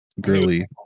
girly